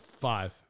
five